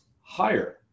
higher